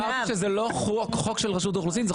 אמרתי שזה לא חוק של רשות האוכלוסין אלא זה